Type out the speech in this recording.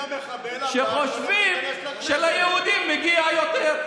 שחושבות שליהודים מגיע יותר.